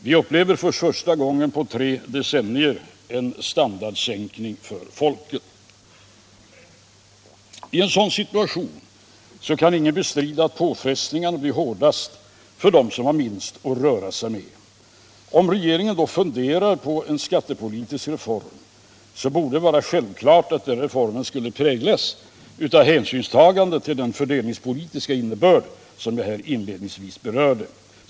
Vi upplever för första gången på tre decennier en standardsänkning för folket. I en sådan situation kan ingen bestrida att påfrestningen blir hårdast för dem som har minst att röra sig med. Om regeringen då funderar på en skattepolitisk reform, så borde det vara självklart att den reformen skulle präglas av hänsynstagande till den fördelningspolitiska innebörd som jag här inledningsvis berörde.